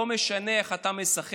לא משנה איך אתה משחק,